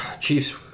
Chiefs